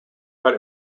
but